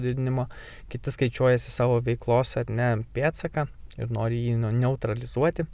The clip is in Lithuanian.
didinimo kiti skaičiuojasi savo veiklos ar ne pėdsaką ir nori jį neutralizuoti